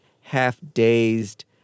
half-dazed